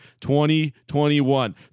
2021